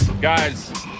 Guys